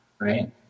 right